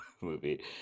movie